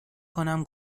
کنم